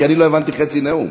כי אני לא הבנתי חצי נאום.